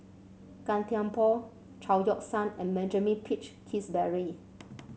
Gan Thiam Poh Chao Yoke San and Benjamin Peach Keasberry